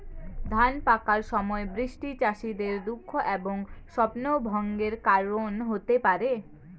ধান পাকার সময় বৃষ্টি চাষীদের দুঃখ এবং স্বপ্নভঙ্গের কারণ হতে পারে